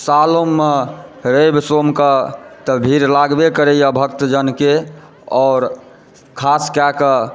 सालोमे रवि सोम कऽ तऽ भीड़ लागबे करैए भक्तजनकेँ आओर खास कए कऽ